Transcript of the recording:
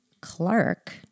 Clark